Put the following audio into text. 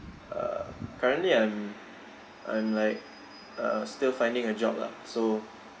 uh currently I'm I'm like uh still finding a job lah so